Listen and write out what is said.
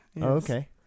okay